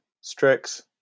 Strix